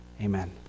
Amen